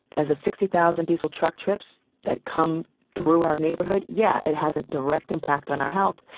as the sixty thousand diesel truck trips that come through our neighborhood, yeah, it has a direct impact on our health.